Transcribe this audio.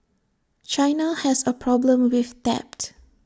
China has A problem with debt